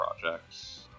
projects